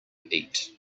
eat